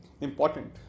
important